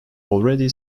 already